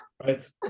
right